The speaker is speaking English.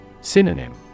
Synonym